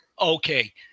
Okay